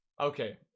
Okay